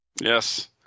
Yes